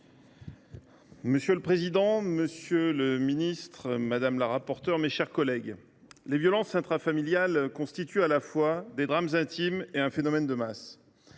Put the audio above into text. Monsieur le président, monsieur le garde des sceaux, mes chers collègues, les violences intrafamiliales constituent à la fois des drames intimes et un phénomène de masse